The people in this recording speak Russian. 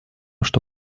что